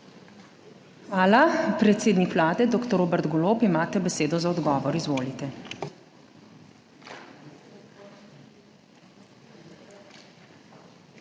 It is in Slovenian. Hvala. Predsednik Vlade dr. Robert Golob, imate besedo za odgovor. Izvolite. **DR.